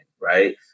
right